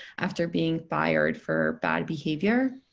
after being fired for bad behavior.